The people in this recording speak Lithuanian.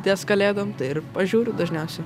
ties kalėdom ir pažiūriu dažniausiai